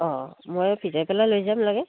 অঁ মই ভিজাই পেলাই লৈ যাম লাগে